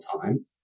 time